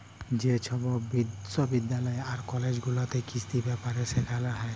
যে ছব বিশ্ববিদ্যালয় আর কলেজ গুলাতে কিসি ব্যাপারে সেখালে হ্যয়